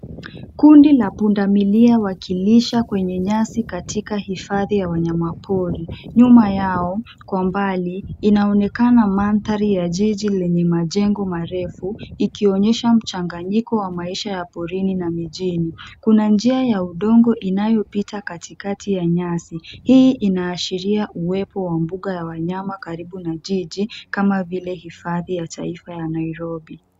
Kundi la pundamilia wakilisha kwenye nyasi katika hifadhi ya wanyama pori. Nyuma yao, kwa mbali inaonekana mandhari ya jiji lenye majengo marefu ikionyesha mchanganyiko wa maisha ya porini na mijini. Kuna njia ya udongo inayopita katikakati ya nyasi. Hii inaashiria uwepo wa mbuga ya wanyama karibu na jiji kama vile hifadhi ya taifa ya Nairobi.